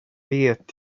vet